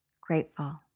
grateful